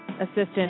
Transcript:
assistant